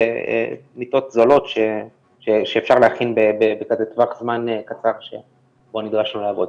אלה מיטות זולות שאפשר להכין בכזה טווח זמן קצר שבו נדרשנו לעבוד.